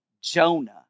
Jonah